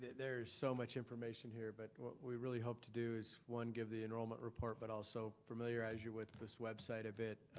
there is so much information here, but what we really hope to do is one, give the enrollment report, but also familiarize you with this website a bit.